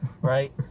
right